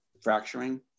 fracturing